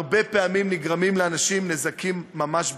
הרבה פעמים נגרמים לאנשים נזקים ממש בגוף.